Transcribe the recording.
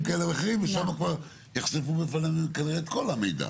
כאלה ואחרים ושם כבר יחשפו בפנינו כנראה את כל המידע.